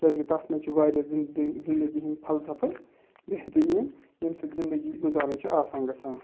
کیٛازکہِ تَتھ مَنٛز چھِ واریاہ زنٛدگی ہنٛدۍ فلَسَفہٕ بَہتَریٖن ییٚمہِ سۭتۍ زِنٛدَگی گُزارٕنۍ چھِ آسان گَژھان